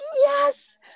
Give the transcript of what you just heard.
yes